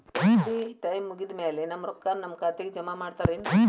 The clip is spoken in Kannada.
ಎಫ್.ಡಿ ಟೈಮ್ ಮುಗಿದಾದ್ ಮ್ಯಾಲೆ ನಮ್ ರೊಕ್ಕಾನ ನಮ್ ಖಾತೆಗೆ ಜಮಾ ಮಾಡ್ತೇರೆನ್ರಿ?